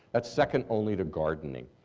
that's second only to gardening.